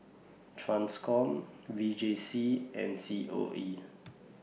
TRANSCOM V J C and C O E